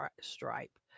Stripe